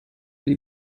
die